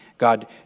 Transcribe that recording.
God